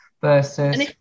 versus